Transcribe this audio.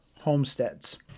homesteads